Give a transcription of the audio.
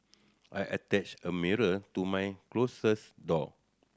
I attached a mirror to my closet door